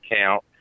account